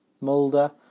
Mulder